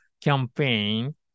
campaign